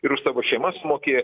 ir už savo šeimas sumokėję